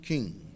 King